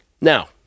Now